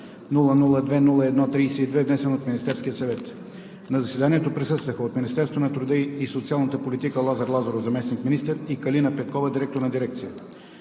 002-01-32, внесен от Министерския съвет. На заседанието присъстваха от Министерството на труда и социалната политика: Лазар Лазаров – заместник-министър, и Калина Петкова – директор на дирекция.